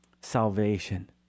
salvation